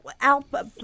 alpha